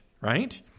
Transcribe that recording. right